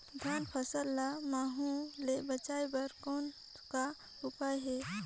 धान फसल ल महू ले बचाय बर कौन का उपाय हे?